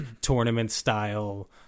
tournament-style